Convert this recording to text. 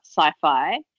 sci-fi